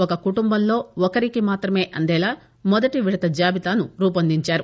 ఒక కుటుంబంలో ఒకరికి మాతమే అందేలా మొదటి విడత జాబితాను రూపొందించారు